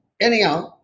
anyhow